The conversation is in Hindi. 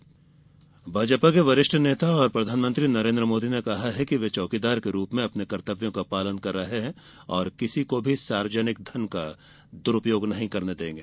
मोदी भाजपा के वरिष्ठ नेता और प्रधानमंत्री नरेन्द्र मोदी ने कहा है कि वे चौकीदार के रूप में अपने कर्तव्यों का पालन कर रहे हैं और किसी को भी सार्वजनिक धन का द्रूपयोग नहीं करने देंगे